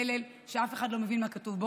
מלל שאף אחד לא מבין מה כתוב בו,